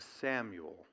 Samuel